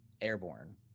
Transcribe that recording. airborne